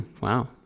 wow